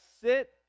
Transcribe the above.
sit